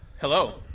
Hello